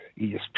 ESPN